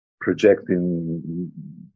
projecting